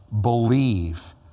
believe